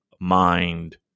mind